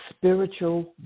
spiritual